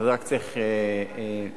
צריך רק לדייק.